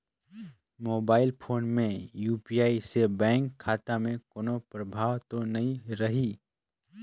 Mobile phone मे UPI से bank खाता मे कोनो प्रभाव तो नइ रही?